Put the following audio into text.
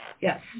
Yes